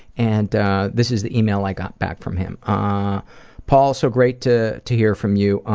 and this is the email i got back from him ah paul, so great to to hear from you.